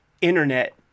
internet